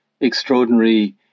extraordinary